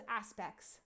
aspects